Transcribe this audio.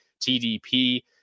TDP